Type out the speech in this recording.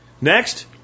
Next